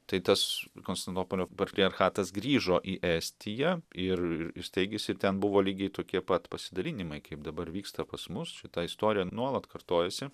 tai tas konstantinopolio patriarchatas grįžo į estiją ir ir steigėsi ir ten buvo lygiai tokie pat pasidalinimai kaip dabar vyksta pas mus šita istorija nuolat kartojasi